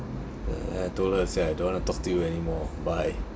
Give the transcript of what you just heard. uh I told her I say I don't want to talk to you anymore bye